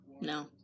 No